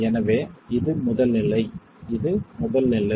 எனவே இது முதல் நிலை இது முதல் நிலை